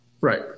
Right